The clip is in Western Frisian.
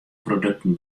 produkten